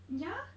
yeah